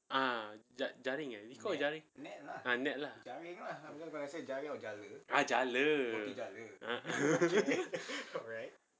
ah ja~ jaring I think it's called jaring ah net lah ah jala ah